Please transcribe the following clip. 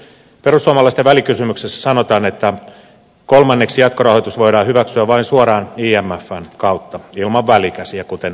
perussuomalaisten välikysymyksessä sanotaan että kolmanneksi jatkorahoitus voidaan hyväksyä vain suoraan imfn kautta ilman välikäsiä kuten ervvtä